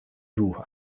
روح